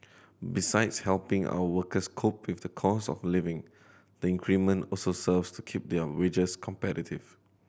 besides helping our workers cope with the cost of living the increment also serves to keep their wages competitive